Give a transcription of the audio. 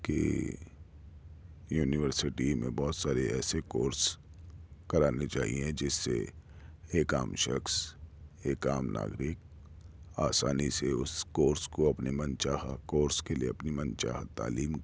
کہ یونیورسٹی میں بہت سارے ایسے کورس کرانے چاہیے جس سے ایک عام شخص ایک عام ناگرک آسانی سے اس کورس کو اپنے من چاہا کورس کے لیے اپنی من چاہا تعلیم کے لیے